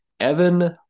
Evan